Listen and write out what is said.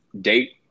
date